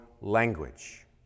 language